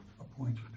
Appointed